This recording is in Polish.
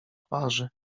twarzy